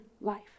life